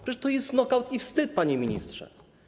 Przecież to jest nokaut i wstyd, panie ministrze.